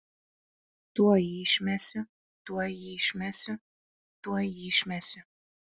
tuoj jį išmesiu tuoj jį išmesiu tuoj jį išmesiu